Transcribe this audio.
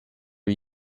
are